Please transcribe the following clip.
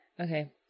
okay